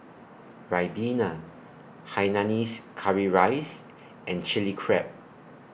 Ribena Hainanese Curry Rice and Chilli Crab